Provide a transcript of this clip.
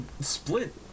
split